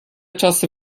czasy